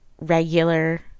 regular